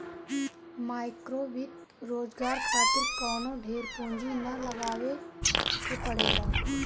माइक्रोवित्त रोजगार खातिर कवनो ढेर पूंजी ना लगावे के पड़ेला